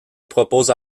propose